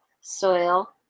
soil